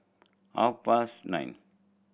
half past nine